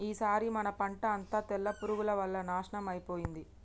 ఈసారి మన పంట అంతా తెల్ల పురుగుల వల్ల నాశనం అయిపోయింది